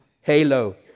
halo